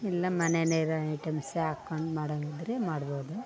ಇಲ್ಲ ಮನೆಲಿರೋ ಐಟಮ್ಸ್ ಹಾಕೊಂಡು ಮಾಡೊಂಗಿದ್ರೆ ಮಾಡ್ಬೌದು